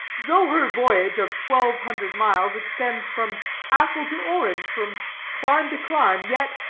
though her voyage of twelve hundred miles extends from apple to orange, from clime to clime, yet,